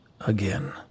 Again